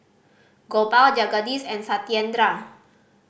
Gopal Jagadish and Satyendra